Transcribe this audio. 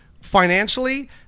financially